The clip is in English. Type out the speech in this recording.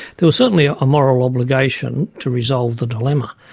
there was certainly a moral obligation to resolve the dilemma.